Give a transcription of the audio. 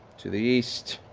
to the east.